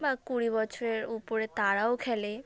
বা কুড়ি বছরের উপরে তারাও খেলে